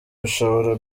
bishobora